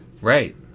Right